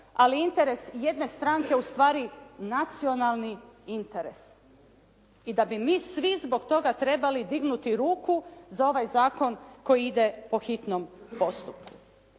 ali interes jedne stranke ustvari nacionalni interes i da bi mi svi zbog toga trebali dignuti ruku za ovaj zakon koji ide po hitnom postupku.